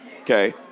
Okay